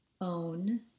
own